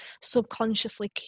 subconsciously